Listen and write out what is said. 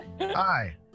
Hi